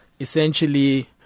essentially